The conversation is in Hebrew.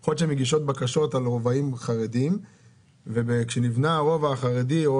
יכול להיות שהן מגישות בקשות על רובעים חרדיים וכשניבנה הרובע החרדי או